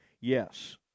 Yes